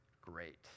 great